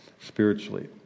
spiritually